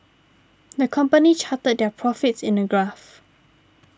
the company charted their profits in a graph